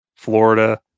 Florida